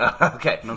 Okay